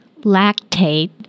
lactate